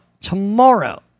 tomorrow